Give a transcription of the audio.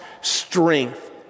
Strength